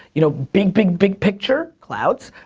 you know big, big, big picture, clouds,